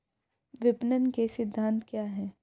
विपणन के सिद्धांत क्या हैं?